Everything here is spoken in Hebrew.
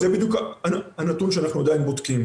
זה בדיוק הנתון שאנחנו עדיין בודקים.